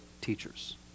teachers